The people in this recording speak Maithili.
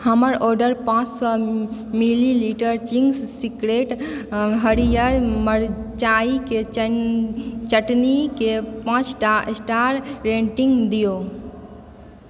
हमर ऑर्डर पाँच सए मिलीलीटर चिंग्स सीक्रेट हरीयर मरचाइ के चटनी केँ पाँच टा स्टार रेटिंग दियौ